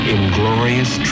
Inglorious